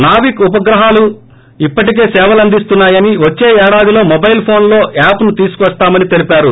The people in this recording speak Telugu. నావిక్ ఉపగ్రహాలు ఇప్పటికే సేవలందిస్తున్నా యని వచ్చే ఏడాదిలో మొబైల్ ఫోన్ లో యాప్ ను తీసుకోస్తామని తెలిపారు